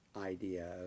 idea